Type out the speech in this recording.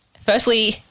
Firstly